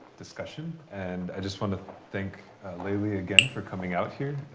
discussion. and i just want to thank layli, again, for coming out here.